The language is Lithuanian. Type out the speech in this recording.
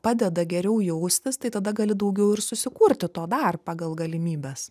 padeda geriau jaustis tai tada gali daugiau ir susikurti to dar pagal galimybes